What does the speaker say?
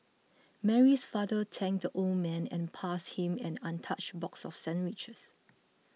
Mary's father thanked the old man and passed him an untouched box of sandwiches